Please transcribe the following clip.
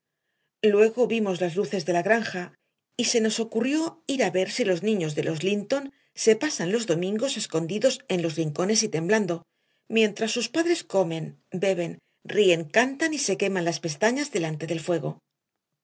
luego vimos las luces de la granja y se nos ocurrió ir a ver si los niños de los linton se pasan los domingos escondidos en los rincones y temblando mientras sus padres comen beben ríen cantan y se queman las pestañas delante del fuego